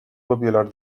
popular